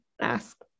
ask